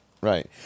right